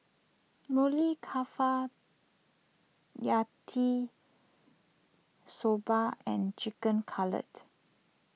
Maili Kofta Yati Soba and Chicken Cutlet